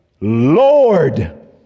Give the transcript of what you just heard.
Lord